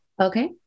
Okay